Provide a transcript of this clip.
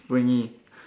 springy